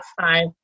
Five